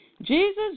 Jesus